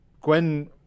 Gwen